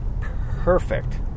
perfect